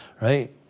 right